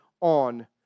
on